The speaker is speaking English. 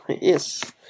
Yes